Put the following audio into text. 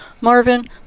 Marvin